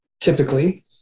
typically